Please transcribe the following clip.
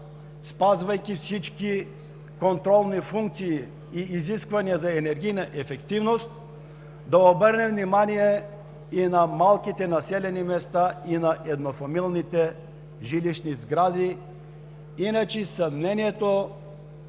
спазвайки всички контролни функции и изисквания за енергийна ефективност, като обърнем внимание на малките населени места и на еднофамилните жилищни сгради. Иначе съмненията,